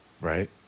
right